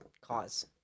cause